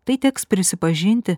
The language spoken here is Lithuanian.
tai teks prisipažinti